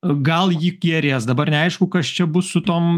gal ji gerės dabar neaišku kas čia bus su tom